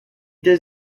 does